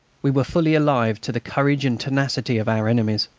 we were fully alive to the courage and tenacity of our enemies.